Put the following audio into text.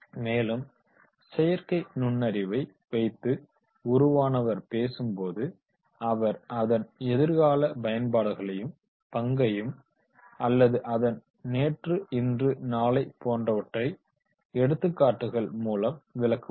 மேலும் செயற்கை நுண்ணறிவை வைத்து உருவானவர் பேசும் போது அவர் அதன் எதிர்கால பயன்பாடுகளையும் பங்கையும் அல்லது அதன் நேற்று இன்று நாளை போன்றவற்றை எடுத்துக்காட்டுகள் மூலம் விளக்குவார்